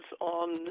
on